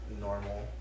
normal